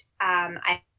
I-